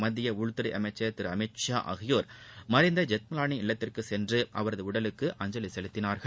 மத்திய உள்துறை அமைச்சர் திரு அமித் ஷா ஆகியோர் மறைந்த ஜெத்மலானி இல்லத்திற்கு சென்று அவரது உடலுக்கு அஞ்சலி செலுத்தினார்கள்